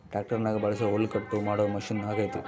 ಟ್ಯಾಕ್ಟರ್ನಗ ಬಳಸೊ ಹುಲ್ಲುಕಟ್ಟು ಮಾಡೊ ಮಷಿನ ಅಗ್ಯತೆ